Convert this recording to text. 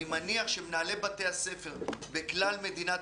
אני מניח שמנהלי בתי הספר בכלל מדינת